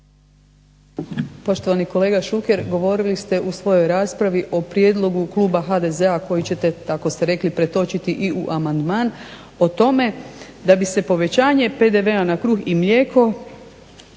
Poštovani kolega Šuker, govorili ste u svojoj raspravi o prijedlogu kluba HDZ-a koji ćete kako ste rekli pretočiti i u amandman, o tome da bi se povećanje PDV-a na kruh i mlijeko